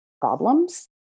problems